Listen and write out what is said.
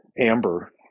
Amber